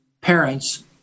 parents